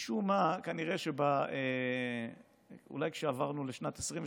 משום מה, כנראה, אולי כשעברנו לשנת 2023,